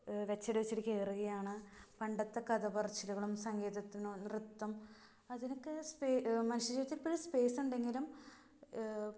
വെച്ചടി വെച്ചടി കയറുകയാണ് പണ്ടത്തെ കഥപറച്ചിലുകളും സംഗീതത്തിനോട് നൃത്തം അതിനൊക്കെ മനുഷ്യരിലേക്കിപ്പോഴും സ്പേസുണ്ടെങ്കിലും